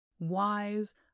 wise